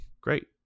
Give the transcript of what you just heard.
great